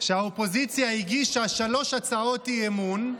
שהאופוזיציה הגישה שלוש הצעות אי-אמון,